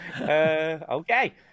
Okay